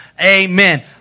Amen